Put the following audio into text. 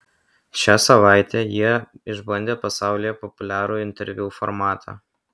šią savaitę jie išbandė pasaulyje populiarų interviu formatą